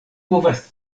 povas